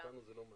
אני רוצה לענות.